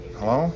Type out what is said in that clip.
Hello